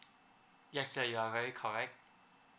yes sir you are very correct